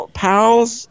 pal's